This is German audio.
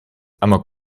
amok